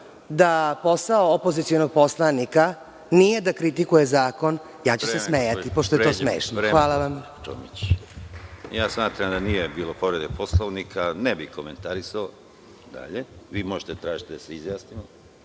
da posao opozicionog poslanika nije da kritikuje zakon, ja ću se smejati, pošto je to smešno. Hvala vam. **Konstantin Arsenović** Ja smatram da nije bilo povrede Poslovnika i ne bih komentarisao dalje. Vi možete tražiti da se izjasnimo